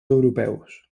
europeus